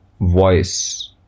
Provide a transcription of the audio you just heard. voice